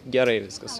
gerai viskas